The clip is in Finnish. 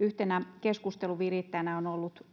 yhtenä keskustelun virittäjänä on ollut